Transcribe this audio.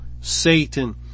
Satan